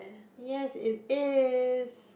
yes it is